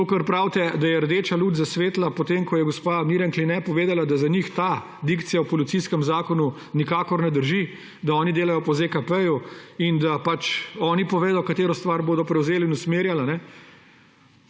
to, kar pravite, da je rdeča luč zasvetila po tem, ko je gospa Mirjam Kline povedala, da za njih ta dikcija o policijskem zakonu nikakor ne drži, da oni delajo po ZKP in da oni povedo, katero stvar bodo prevzeli in usmerjali,